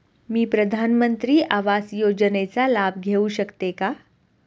मी प्रधानमंत्री आवास योजनेचा लाभ घेऊ शकते का?